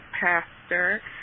pastor